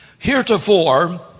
Heretofore